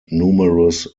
numerous